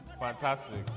Fantastic